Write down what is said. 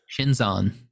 Shinzon